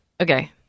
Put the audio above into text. okay